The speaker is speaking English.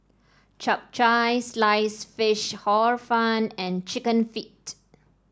Chap Chai Sliced Fish Hor Fun and chicken feet